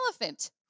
elephant